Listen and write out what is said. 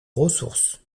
ressource